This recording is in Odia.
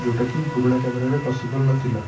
ଯେଉଁଟାକି ପୁରୁଣା କ୍ୟାମେରାରେ ପସିବଲ୍ ନଥିଲା